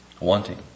wanting